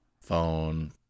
phone